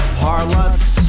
harlots